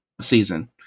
season